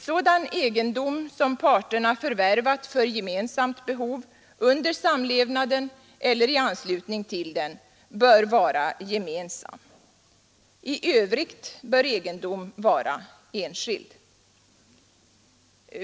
Sådan egendom som parterna förvärvat för gemensamt behov under samlevnaden eller i anslutning till den bör vara gemensam. I övrigt bör egendom vara enskild.